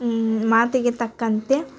ಮಾತಿಗೆ ತಕ್ಕಂತೆ